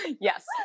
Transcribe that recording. Yes